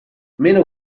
meno